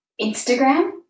Instagram